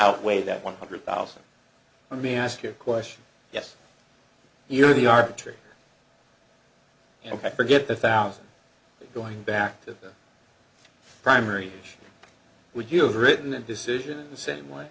outweigh that one hundred thousand let me ask you a question yes you're the arbitrary ok forget the thousand going back to primary would you have written a decision the same way